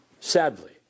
sadly